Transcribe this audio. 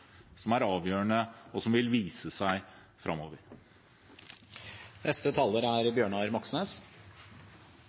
som er avgjørende, og som vil vise seg